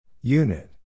Unit